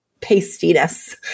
pastiness